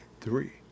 Three